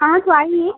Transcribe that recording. हाँ तो आइए